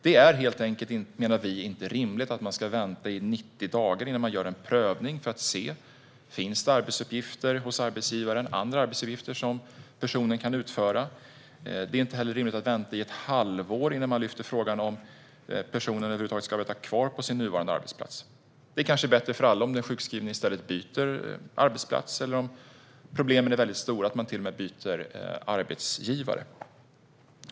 Vi menar att det helt enkelt inte är rimligt att man ska vänta i 90 dagar innan man gör en prövning för att se om det finns andra arbetsuppgifter hos arbetsgivaren som personen kan utföra. Det är inte heller rimligt att vänta i ett halvår innan man lyfter fram frågan om personen över huvud taget ska arbeta kvar på sin nuvarande arbetsplats. Det är kanske bättre för alla om den sjukskrivne i stället byter arbetsplats. Och om problemen är mycket stora är det kanske bättre att den sjukskrivne till och med byter arbetsgivare.